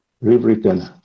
rewritten